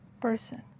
person